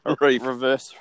reverse